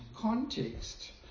context